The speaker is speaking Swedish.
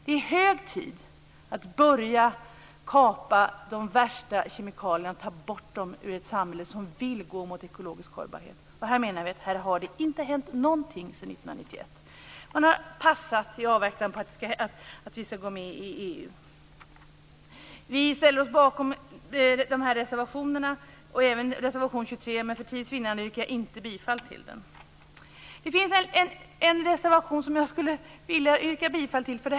Det är hög tid att börja att ta bort de värsta kemikalierna ur ett samhälle som vill gå fram emot ekologisk hållbarhet. Men på det här området har det inte hänt någonting sedan 1991. Man har varit passiv i avvaktan på att vi skall gå med i EU. Vi ställer oss bakom dessa reservationer och även reservation 23, men för tids vinnande yrkar jag inte bifall till den. Det finns en reservation som jag vill yrka bifall till.